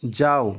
যাও